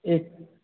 एक